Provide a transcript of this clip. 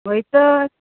हय तर